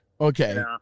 Okay